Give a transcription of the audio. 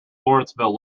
lawrenceville